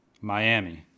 Miami